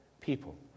people